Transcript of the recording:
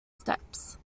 steps